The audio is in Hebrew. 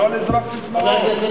לא אמרתי שלא, אבל לא לזרוק ססמאות.